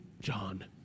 John